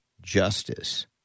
justice